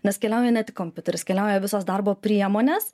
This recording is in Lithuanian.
nes keliauja ne tik kompiuteris keliauja visos darbo priemonės